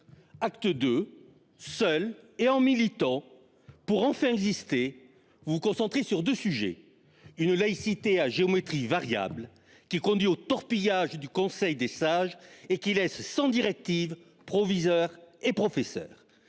Acte de seule et en militant pour enfin exister vous concentrer sur 2 sujets une laïcité à géométrie variable qui conduit au torpillage du conseil des sages et qui laisse sans directives proviseurs et professeurs,